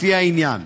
לפי העניין.